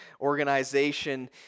organization